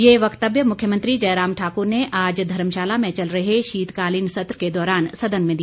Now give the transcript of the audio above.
ये वक्तव्य मुख्यमंत्री जय राम ठाकुर ने आज धर्मशाला में चल रहे शीतकालीन सत्र के दौरान सदन में दिया